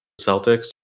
Celtics